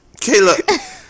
Kayla